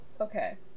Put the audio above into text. okay